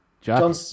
John